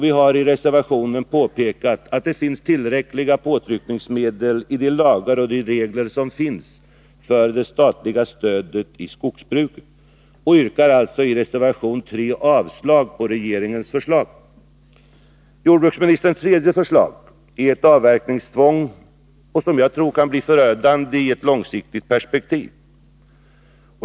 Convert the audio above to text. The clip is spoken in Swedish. Vi har i reservationen påpekat att det finns tillräckliga påtryckningsmedel i de lagar och de regler som finns för det statliga stödet i skogsbruket. Vi yrkar alltså i reservation 3 avslag på regeringens förslag. Jordbruksministerns tredje förslag är ett avverkningstvång som jag tror kan bli förödande i ett långsiktigt perspektiv.